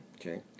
okay